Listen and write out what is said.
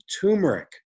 Turmeric